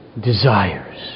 desires